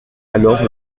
alors